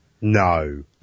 No